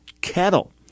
kettle